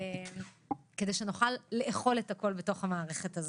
כדי שנוכל לאכול את הכול בתוך המערכת הזאת.